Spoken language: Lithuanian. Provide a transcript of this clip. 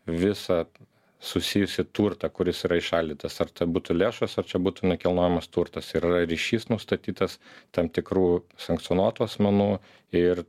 visą susijusį turtą kuris yra įšaldytas ar tai būtų lėšos ar čia būtų nekilnojamas turtas tai yra ryšys nustatytas tam tikrų sankcionuotų asmenų ir